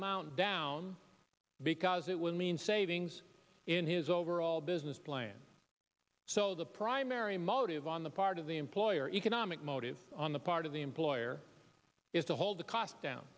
amount down because it will mean savings in his overall business plan so the primary motive on the part of the employer economic motive on the part of the employer there is to hold the cost down